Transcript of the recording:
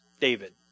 David